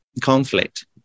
conflict